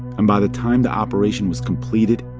and by the time the operation was completed,